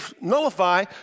nullify